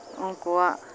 ᱩᱱᱠᱩᱣᱟᱜ